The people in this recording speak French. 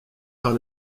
par